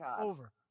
Over